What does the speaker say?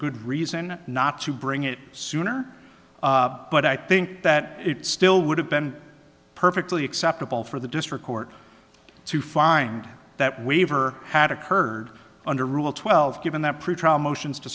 good reason not to bring it sooner but i think that it still would have been perfectly acceptable for the district court to find that waiver had occurred under rule twelve given that pretrial motions to